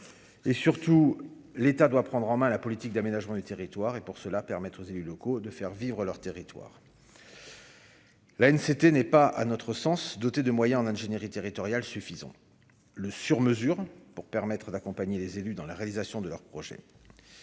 et, surtout, l'État doit prendre en main la politique d'aménagement du territoire et pour cela permet aux élus locaux de faire vivre leur territoire. La haine c'était n'est pas à notre sens, dotée de moyens en ingénierie territoriale suffisant le sur mesure pour permettre d'accompagner les élus dans la réalisation de leurs projets,